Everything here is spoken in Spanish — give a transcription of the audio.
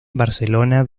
barcelona